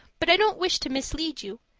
but i don't wish to mislead you.